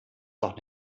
doch